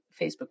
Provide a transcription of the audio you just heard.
Facebook